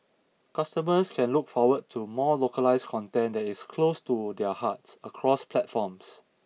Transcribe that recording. customers can look forward to more localised content that is close to their hearts across platforms